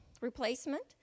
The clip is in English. replacement